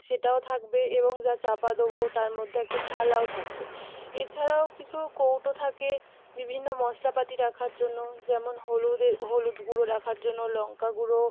সেটাও থাকবে এবং যা চাপা দেবো তার মধ্যে একটা থালাও থাকবে এছাড়াও কিছু কৌটো থাকে বিভিন্ন মশলাপাতি রাখার জন্য যেমন হলুদে হলুদ গুঁড়ো রাখার জন্য লঙ্কা গুঁড়ো